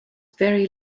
very